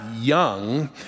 young